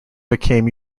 became